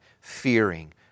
fearing